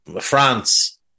France